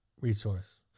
resource